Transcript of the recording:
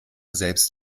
selbst